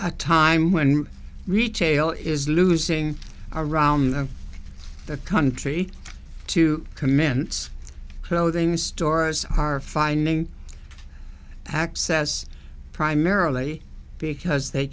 a time when retail is losing around the country to commence clothing stores are finding access primarily because they